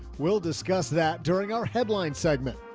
we'll discuss that during our headline segment.